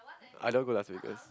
I don't go Las Vegas